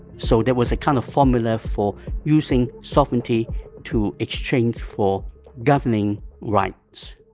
so there was a kind of formula for using sovereignty to exchange for governing rights